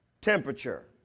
temperature